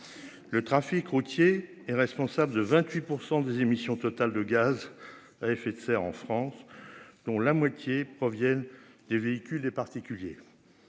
Le trafic routier et responsable de 28% des émissions totales de gaz à effet de serre en France, dont la moitié, proviennent des véhicules des particuliers.